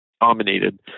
dominated